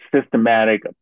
systematic